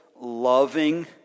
loving